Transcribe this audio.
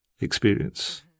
experience